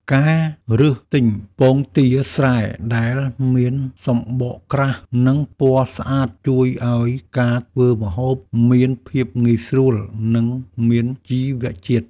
ការរើសទិញពងទាស្រែដែលមានសំបកក្រាស់ និងពណ៌ស្អាតជួយឱ្យការធ្វើម្ហូបមានភាពងាយស្រួល និងមានជីវជាតិ។